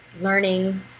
learning